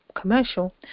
commercial